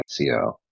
SEO